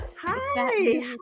Hi